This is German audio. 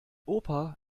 opa